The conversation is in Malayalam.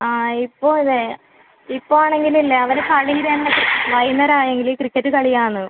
ആ ഇപ്പോൾ അതെ ഇപ്പോൾ ആണെങ്കിൽ ഇല്ലേ അവർ കളിരംഗത്ത് വൈകുന്നേരം ആയെങ്കിൽ ക്രിക്കറ്റ് കളി ആണ്